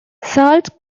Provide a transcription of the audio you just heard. salt